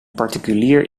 particulier